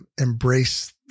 embrace